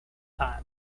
time